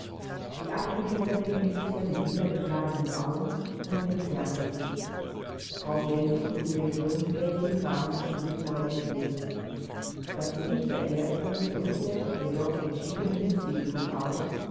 die abgewiesene knixte mit niedergeschlagenen augen und entfernte sich frau hellwig und die regierungsrätin waren stumme zeugen gewesen das gesicht der ersteren drückte jedoch entschiedene mißbilligung aus